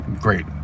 great